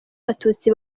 abatutsi